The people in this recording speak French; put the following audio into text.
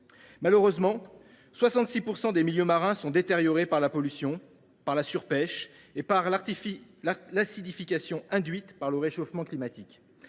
Malheureusement, 66 % des milieux marins sont détériorés par la pollution, par la surpêche et par l’acidification induite par le réchauffement climatique.